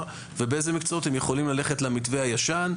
ובאיזה מקצועות הם יכולים ללכת למתווה הישן,